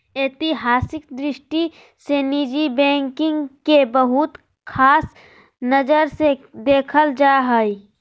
ऐतिहासिक दृष्टि से निजी बैंकिंग के बहुत ख़ास नजर से देखल जा हइ